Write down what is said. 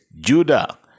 Judah